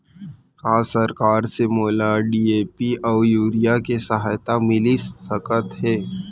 का सरकार से मोला डी.ए.पी अऊ यूरिया के सहायता मिलिस सकत हे?